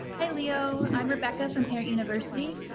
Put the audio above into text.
hi, leo. i'm rebecca from parent university.